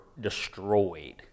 destroyed